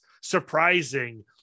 surprising